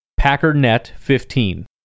Packernet15